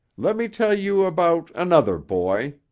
let me tell you about another boy,